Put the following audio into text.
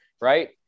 right